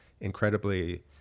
incredibly